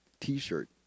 t-shirt